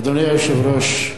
אדוני היושב-ראש,